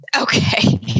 Okay